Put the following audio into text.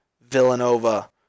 Villanova